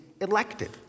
elected